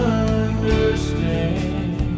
understand